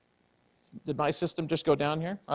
the bi-system just go down here?